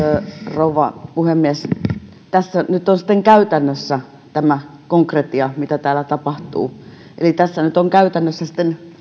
rouva puhemies tässä nyt on sitten käytännössä tämä konkretia mitä täällä tapahtuu eli tässä nyt on käytännössä